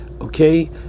Okay